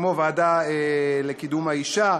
כמו הוועדה לקידום מעמד האישה,